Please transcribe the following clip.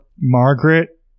Margaret